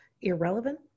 irrelevant